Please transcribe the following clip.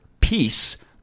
peace